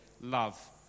love